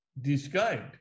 described